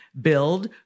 Build